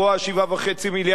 7.5 מיליארד,